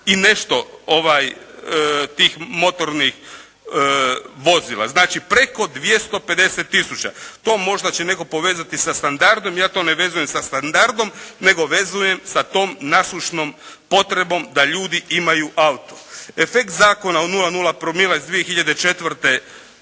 i nešto tih motornih vozila. Znači, preko 250 tisuća. To možda će netko povezati sa standardom, ja to ne vezujem sa standardom, nego vezujem sa tom nasušnom potrebom da ljudi imaju auto. Efekt zakona o 0,0 promila iz 2004.